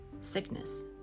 sickness